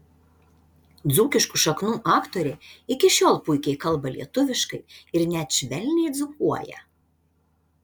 dzūkiškų šaknų aktorė iki šiol puikiai kalba lietuviškai ir net švelniai dzūkuoja